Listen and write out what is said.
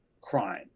crime